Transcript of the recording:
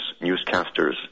newscasters